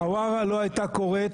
חווארה לא הייתה קורית